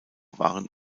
waren